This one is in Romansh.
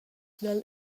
dal